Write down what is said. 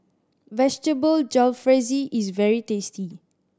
Vegetable Jalfrezi is very tasty